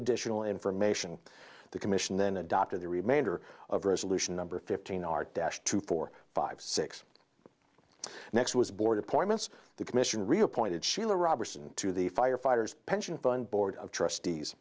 additional information the commission then adopted the remainder of resolution number fifteen our dash two four five six next was board appointments the commission reappointed schiller roberson to the firefighters pension fund board of trustees